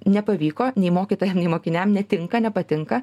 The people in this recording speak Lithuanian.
nepavyko nei mokytojam mokiniam netinka nepatinka